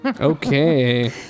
Okay